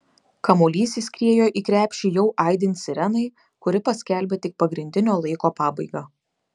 kamuolys įskriejo į krepšį jau aidint sirenai kuri paskelbė tik pagrindinio laiko pabaigą